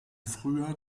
früher